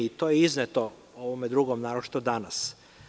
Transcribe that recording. To je iznetoo ovome drugom, naročito danas.